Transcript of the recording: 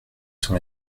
sont